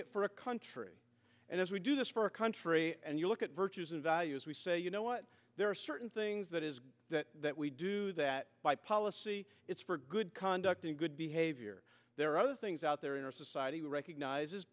it for a country and as we do this for a country and you look at virtues and values we say you know what there are certain things that is that we do that by policy it's for good conduct and good behavior there are other things out there in our society recognizes